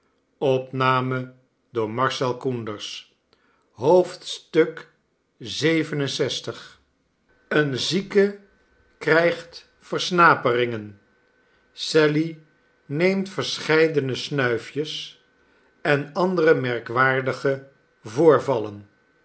lxvii een zieke krijgt versnaperingen sally neemt verscheidene snuifjes en andere merkwaardige voorvallen